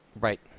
Right